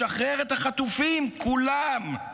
לשחרר את החטופים, כולם,